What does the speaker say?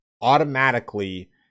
automatically